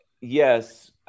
yes